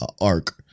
arc